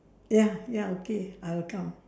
ya ya okay I will come